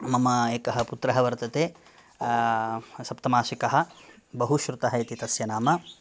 मम एकः पुत्रः वर्तते सप्तमासिकः बहुश्रुतः इति तस्य नाम